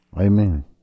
Amen